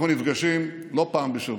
אנחנו נפגשים לא פעם בשבוע,